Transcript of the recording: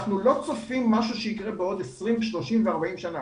אנחנו לא צופים משהו שיקרה בעוד 20, 30 ו-40 שנה.